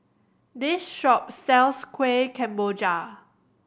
this shop sells Kueh Kemboja